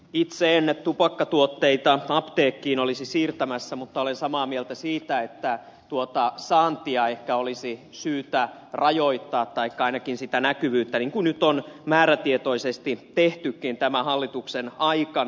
itse en tupakkatuotteita apteekkiin olisi siirtämässä mutta olen samaa mieltä siitä että saantia ehkä olisi syytä rajoittaa taikka ainakin sitä näkyvyyttä niin kuin nyt on määrätietoisesti tehtykin tämän hallituksen aikana